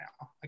now